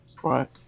Right